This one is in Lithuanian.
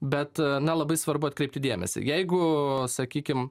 bet na labai svarbu atkreipti dėmesį jeigu sakykim